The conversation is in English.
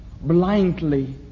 blindly